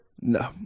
No